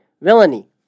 villainy